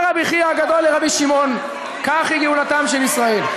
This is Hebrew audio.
אמר רבי חייא הגדול לרבי שמעון: כך היא גאולתם של ישראל.